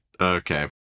Okay